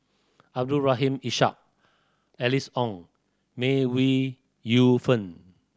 Abdul Rahim Ishak Alice Ong May We Yu Fen